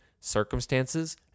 circumstances